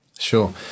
Sure